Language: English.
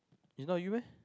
is not you meh